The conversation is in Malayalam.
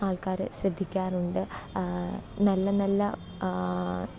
ആൾക്കാർ ശ്രദ്ധിക്കാറുണ്ട് നല്ല നല്ല